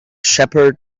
shepherd